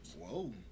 whoa